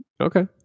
Okay